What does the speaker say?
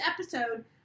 episode